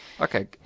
Okay